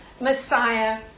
Messiah